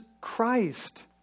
Christ